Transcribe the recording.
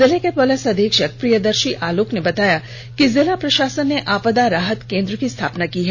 जिले के पुलिस अधीक्षक प्रियदर्षी आलोक ने बताया कि जिला प्रषासन ने आपदा राहत केंद्र की स्थापना की है